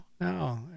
No